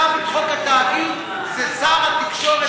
אמרתי: מי שיזם את חוק התאגיד זה שר התקשורת,